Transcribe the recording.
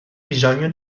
bisogno